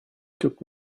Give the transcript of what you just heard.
took